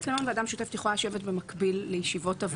לפי התקנון ועדה משותפת יכולה לשבת במקביל לישיבות הוועדות,